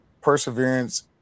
perseverance